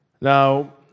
Now